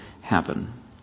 happen